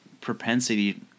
propensity